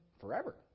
forever